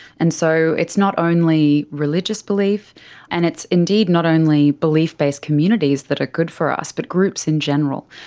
and so it's not only religious belief and it's indeed not only belief based communities that are good for us but groups groups in general.